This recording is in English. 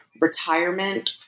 retirement